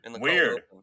Weird